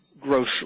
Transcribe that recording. gross